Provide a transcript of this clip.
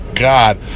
god